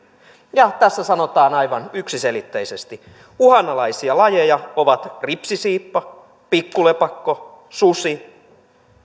ja tässä sanotaan aivan yksiselitteisesti uhanalaisia lajeja ovat ripsisiippa pikkulepakko susi